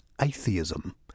atheism